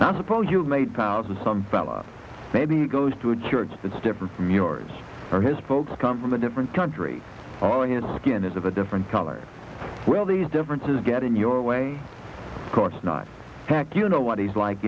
i suppose you've made cows or some fella maybe goes to a curate's that's different from yours or his boats come from a different country all your skin is of a different color well these differences get in your way of course not back you know what he's like